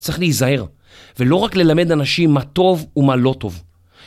צריך להיזהר, ולא רק ללמד אנשים מה טוב ומה לא טוב.